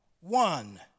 one